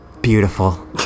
Beautiful